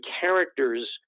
characters